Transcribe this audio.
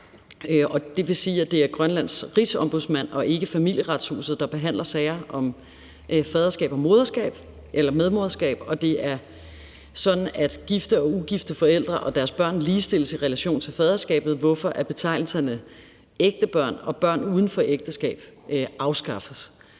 det vil sige, at det er Grønlands Rigsombudsmand og ikke Familieretshuset, der behandler sager om faderskab og medmoderskab. Og det er sådan, at gifte og ugifte forældre og deres børn ligestilles i relation til faderskabet, hvorfor betegnelserne ægte børn og børn uden for ægteskab afskaffes.